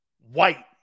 White